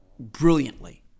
brilliantly